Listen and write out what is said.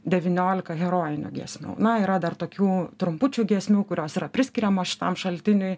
devyniolika herojinių giesmių na ir dar tokių trumpučių giesmių kurios yra priskiriamos šitam šaltiniui